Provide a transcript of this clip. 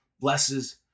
blesses